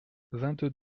vingt